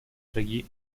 шаги